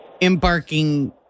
embarking